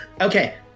Okay